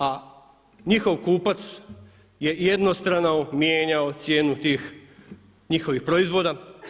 A njihov kupac je jednostrano mijenjao cijenu tih njihovih proizvoda.